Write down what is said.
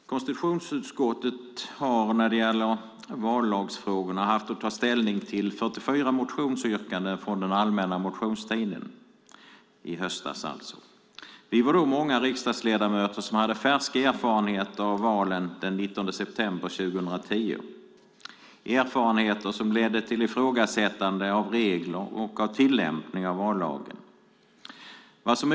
Herr talman! Konstitutionsutskottet har när det gäller vallagsfrågorna haft att ta ställning till 44 motionsyrkanden från den allmänna motionstiden i höstas. Vi var då många riksdagsledamöter som hade färska erfarenheter av valen den 19 september 2010. Det var erfarenheter som ledde till ifrågasättande av reglerna och tillämpningen av vallagen.